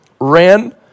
ran